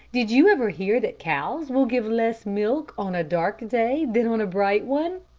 did you ever hear that cows will give less milk on a dark day than on a bright one?